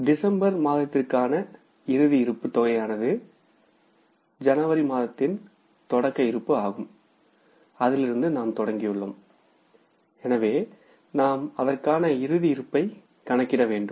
December மாதத்திற்கான இறுதி இருப்பு தொகையானதுஜனவரி மாதத்தின் தொடக்க இருப்பு ஆகும் அதிலிருந்து நாம் தொடங்கியுள்ளோம் எனவே நாம் அதற்கான இறுதி இருப்பை கணக்கிட வேண்டும்